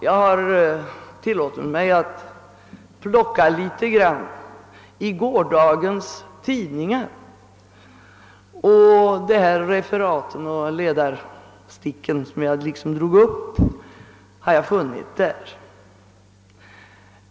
Jag har tillåtit mig att plocka litet ur gårdagens tidningar, och dessa referat och de avsnitt av ledarstick som jag drog upp har jag funnit där.